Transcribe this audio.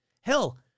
Hell